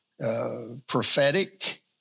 prophetic